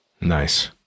Nice